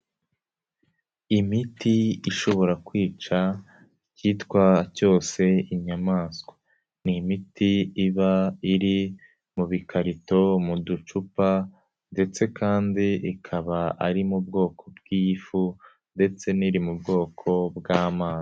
Imiti ishobora kwica icyitwa cyose inyamaswa, ni imiti iba iri mu bikarito, mu ducupa ndetse kandi ikaba ari mu bwoko bw'iy'ifu ndetse n'iri mu bwoko bw'amazi.